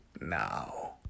now